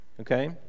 Okay